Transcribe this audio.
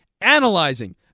analyzing